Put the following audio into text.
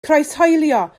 croeshoelio